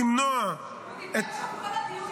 למנוע את --- הוא דיבר שם כל הדיון,